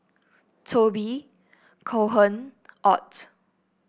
Toby Cohen Ott